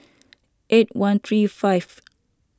eight one three five